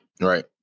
Right